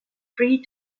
free